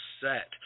set